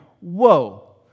whoa